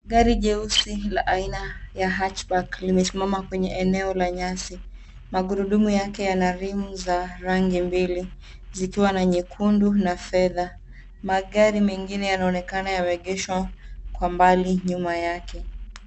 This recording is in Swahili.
Gari jeusi la aina ya hatchback limesimama kwenye eneo la nyasi. Magurudumu yake yana rimu za rangi mbili, zikiwa na nyekundu na fedha. Magari mengine yanaonekana yameegeshwa kwa mbali nyuma yake .